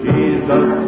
Jesus